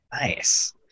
Nice